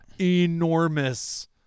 Enormous